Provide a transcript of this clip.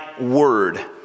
word